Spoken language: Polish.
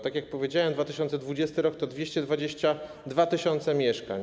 Tak, jak powiedziałem 2020 r. to 222 tys. mieszkań.